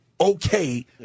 okay